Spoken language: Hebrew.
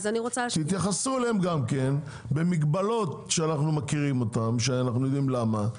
תתייחסו אליהם גם כן במגבלות שאנחנו מכירים אותם שאנחנו יודעים למה,